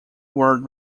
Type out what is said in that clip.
world